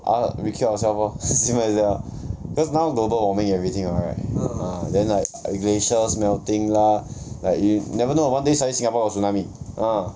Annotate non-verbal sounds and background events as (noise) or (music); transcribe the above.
ah we kill ourself lor simple as that lor cause now global warming everything what right ah then like (noise) glaciers melting lah like you never know of one day suddenly singapore got tsunami ah